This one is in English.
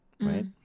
right